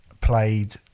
played